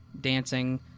dancing